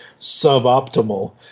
suboptimal